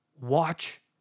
watch